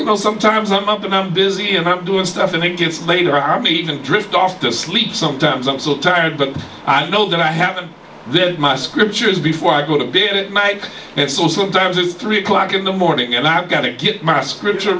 you know sometimes i'm up and i'm busy and i'm doing stuff and it gets later i'm even drift off to sleep sometimes i'm so tired but i know going to happen my scripture is before i go to bed at night and so sometimes it's three o'clock in the morning and i've got to get my scripture